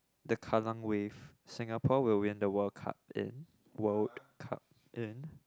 the Kallang Wave Singapore will win the World Cup in World Cup in